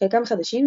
חלקם חדשים,